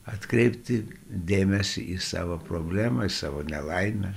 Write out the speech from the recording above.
atkreipti dėmesį į savo problemą į savo nelaimę